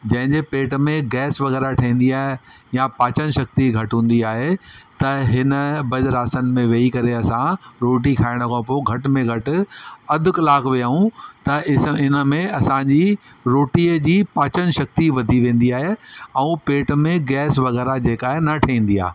जंहिंजे पेट में गैस वगै़रह ठहींदी आहे या पाचन शक्ती घटि हूंदी आहे त हिन वज्रासन में वही करे असां रोटी खाइण खां पोइ घट में घटि अधि कलाकु वेहूं त इस इन में असांजी रोटीअ जी पाचन शक्ती वधी वेंदी आहे ऐं पेट में गैस वगै़रह जेका आहे न ठहींदी आहे